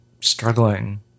struggling